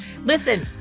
Listen